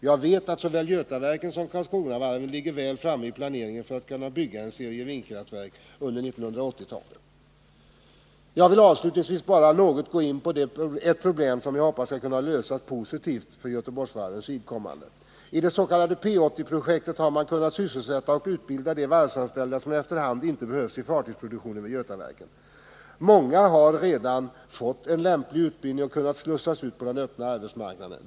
Jag vet att såväl Götaverken som Karlskronavarven ligger väl framme i planeringen för att kunna bygga en serie vindkraftverk under 1980-talet. Jag vill avslutningsvis bara något gå in på ett problem som jag hoppas skall kunna lösas positivt för Göteborgsvarvens vidkommande. I det s.k. P 80-projektet har man kunnat sysselsätta och utbilda de varvsanställda som efter hand inte behövts i fartygsproduktionen vid Götaverken. Många har redan fått en lämplig utbildning och kunnat slussas ut på den öppna arbetsmarknaden.